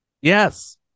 Yes